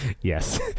Yes